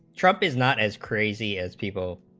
trump is not as crazy as people